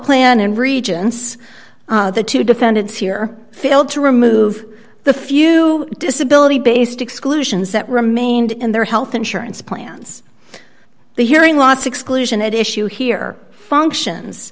plan and regents the two defendants here failed to remove the few disability based exclusions that remained in their health insurance plans the hearing loss exclusion at issue here functions